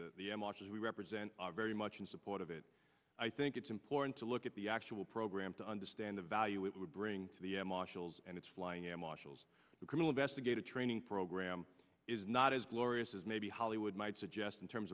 watches we represent are very much in support of it i think it's important to look at the actual program to understand the value it would bring to the air marshals and its flying air marshals the criminal investigative training program is not as glorious as maybe hollywood might suggest in terms